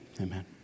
amen